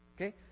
Okay